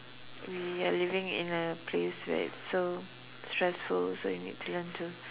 we are living in a place where it's so stressful so you need to learn to